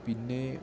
പിന്നെ